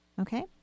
okay